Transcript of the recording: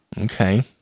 Okay